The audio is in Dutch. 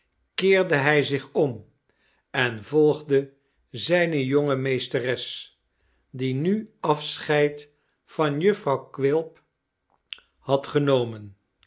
keerde hij zich om en volgde zijne jonge meesteres die nu afscheid van juf vrouw quilp had genomen